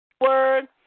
Word